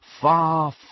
far